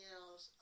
else